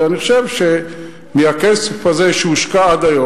ואני חושב שמהכסף הזה שהושקע עד היום,